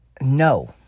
No